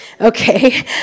Okay